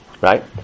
Right